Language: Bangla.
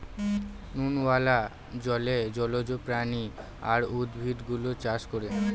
নুনওয়ালা জলে জলজ প্রাণী আর উদ্ভিদ গুলো চাষ করে